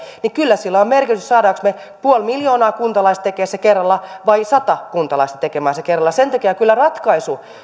niin kyllä sillä on merkitystä saammeko me puoli miljoonaa kuntalaista tekemään sen kerralla vai sata kuntalaista tekemään sen kerralla sen takia kyllä ratkaisu